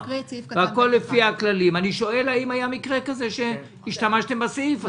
והכול לפי הכללים." אני שואל: האם היה מקרה שהשתמשתם בסעיף הזה?